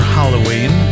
Halloween